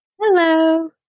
Hello